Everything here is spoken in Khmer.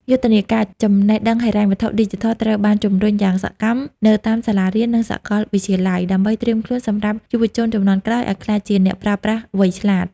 យុទ្ធនាការ "ចំណេះដឹងហិរញ្ញវត្ថុឌីជីថល" ត្រូវបានជម្រុញយ៉ាងសកម្មនៅតាមសាលារៀន និងសកលវិទ្យាល័យ ដើម្បីត្រៀមខ្លួនសម្រាប់យុវជនជំនាន់ក្រោយឱ្យក្លាយជាអ្នកប្រើប្រាស់វៃឆ្លាត។